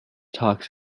talks